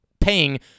paying